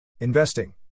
Investing